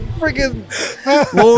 freaking